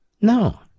No